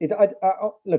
look